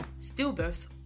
stillbirth